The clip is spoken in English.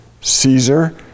Caesar